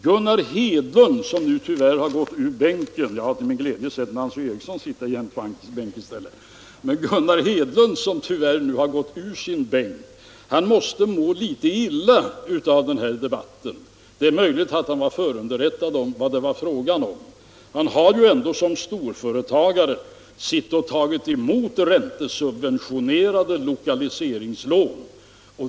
Gunnar Hedlund, som nu tyvärr har lämnat sin bänk — jag ser med glädje Nancy Eriksson sitta där i stället — måste må litet illa av denna debatt. Det är möjligt att han var förunderrättad om vad det var fråga om. Han har ju ändå såsom storföretagare tagit emot räntesubventionerade lokaliseringslån.